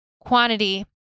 Quantity